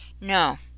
No